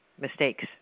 mistakes